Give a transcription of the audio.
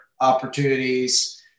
opportunities